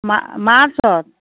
মাৰ্চত